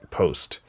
post